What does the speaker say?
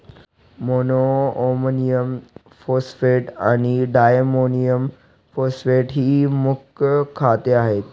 monoammonium phosphate आणि diammonium phosphate ही मुख्य खते आहेत